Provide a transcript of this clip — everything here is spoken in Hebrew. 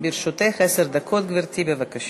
לרשותך עשר דקות, גברתי, בבקשה.